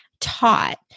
taught